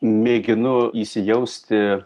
mėginu įsijausti